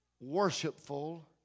worshipful